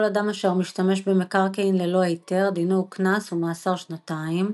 כל אדם אשר משתמש במקרקעין ללא היתר דינו הוא קנס ומאסר שנתיים.